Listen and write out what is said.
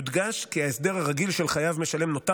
יודגש כי ההסדר הרגיל של "חייב משלם" נותר